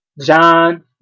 John